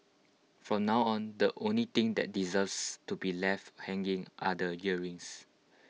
from now on the only thing that deserves to be left hanging are the earrings